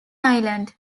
island